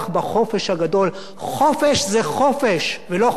חופש זה חופש, ולא חופש על-תנאי.